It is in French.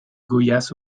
goiás